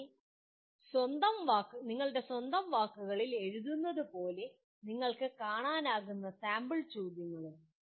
കൂടാതെ നിങ്ങളുടെ സ്വന്തം വാക്കുകളിൽ എഴുതുന്നത് പോലെ നിങ്ങൾക്ക് കാണാനാകുന്ന സാമ്പിൾ ചോദ്യങ്ങളും